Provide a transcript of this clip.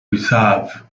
reserve